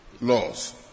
laws